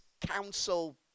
council